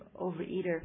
overeater